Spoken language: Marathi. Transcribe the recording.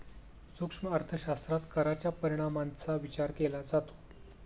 सूक्ष्म अर्थशास्त्रात कराच्या परिणामांचा विचार केला जातो